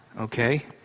Okay